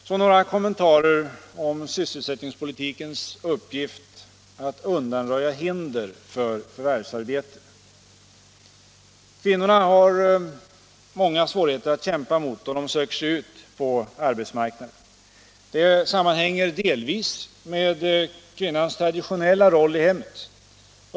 Så några kommentarer om sysselsättningspolitikens uppgift att undanröja hinder för förvärvsarbete. Kvinnor har många svårigheter att kämpa mot då de söker sig ut på arbetsmarknaden. Det sammanhänger delvis med kvinnans traditionella roll i hemmet.